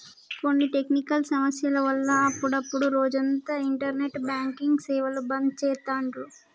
కొన్ని టెక్నికల్ సమస్యల వల్ల అప్పుడప్డు రోజంతా ఇంటర్నెట్ బ్యాంకింగ్ సేవలు బంద్ చేత్తాండ్రు